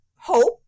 hope